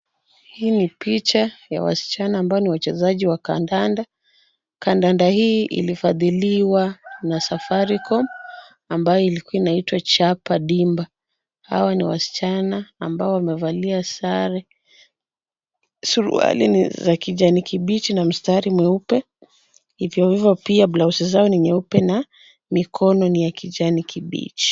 Hii ni picha ya wasichana ambao ni wachezaji wa kandanda, kandanda hii ilifadhiliwa na Safaricom, ambayo ilikuwa inaitwa Chapa Dimba, hawa ni wasichana ambao wamevalia sare suruali ni za kijani kibichi na mstari mweupe, hivyo hivyo pia blouse zao ni nyeupe na mikono ni ya kijani kibichi.